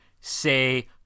say